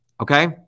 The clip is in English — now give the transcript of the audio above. okay